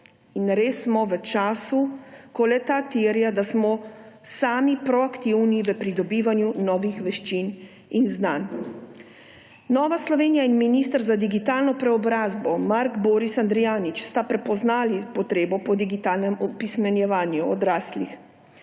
res smo v času, ko le-ta terja, da smo sami proaktivni v pridobivanju novih veščin in znanj. Nova Slovenija in minister za digitalno preobrazbo Mark Boris Andrijanič sta prepoznala potrebo po digitalnem opismenjevanju odraslih.